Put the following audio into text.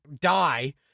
die